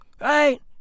Right